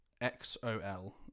X-O-L